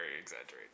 exaggerated